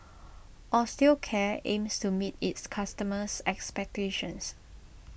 Osteocare aims to meet its customers' expectations